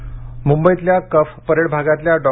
समिती मुंबईल्या कफ परेड भागातल्या डॉ